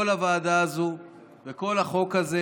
כל הוועדה הזו וכל החוק הזה